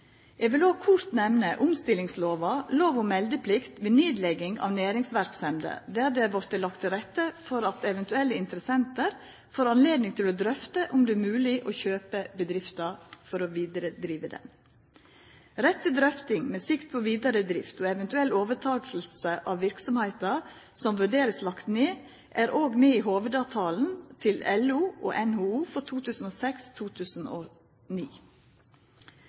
Eg vil òg kort nemna lov om meldeplikt ved nedlegging av næringsverksemd, omstillingslova, der det er lagt til rette for at eventuelle interessentar får anledning til å drøfta om det er mogleg å kjøpa bedrifta for å driva ho vidare. Rett til drøfting med sikte på vidare drift og eventuell overtaking av verksemder som vert vurderte lagde ned, er òg med i hovudavtalen mellom LO og NHO for